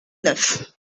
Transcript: neuf